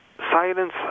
Silence